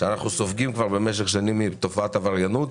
שאנו סופגים משך שנים מתופעת העבריינות,